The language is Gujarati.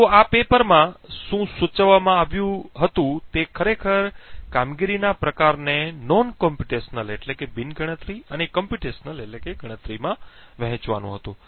તો પેપર માં શું સૂચવવામાં આવ્યું હતું તે ખરેખર કામગીરીના પ્રકારને બિન ગણતરીત્મક અને ગણતરીત્મક માં વહેંચવાનું હતું